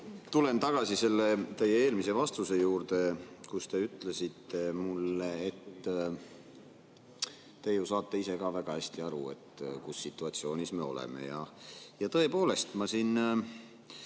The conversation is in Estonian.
tulen tagasi selle teie eelmise vastuse juurde. Te ütlesite mulle, et te ju saate ise ka väga hästi aru, mis situatsioonis me oleme. Tõepoolest, lugedes